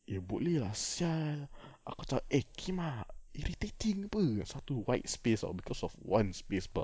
eh boleh lah sia aku tak eh pukimak irritating apa satu white space or because of one spacebar